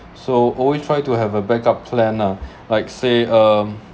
so always try to have a back up plan lah like say um